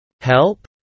Help